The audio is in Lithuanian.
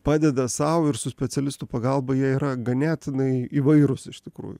padeda sau ir su specialistų pagalba jie yra ganėtinai įvairūs iš tikrųjų